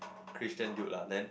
Christian dude lah then